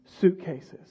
suitcases